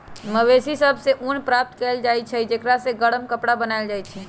मवेशि सभ से ऊन प्राप्त कएल जाइ छइ जेकरा से गरम कपरा बनाएल जाइ छइ